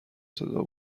صدا